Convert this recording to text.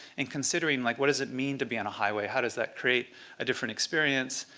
and considering, like what does it mean to be on a highway? how does that create a different experience?